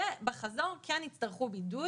ובחזור כן יצטרכו בידוד.